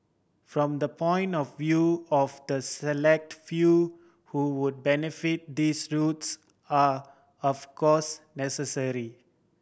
from the point of view of the select few who would benefit these routes are of course necessary